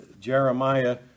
jeremiah